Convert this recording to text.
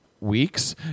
weeks